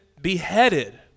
beheaded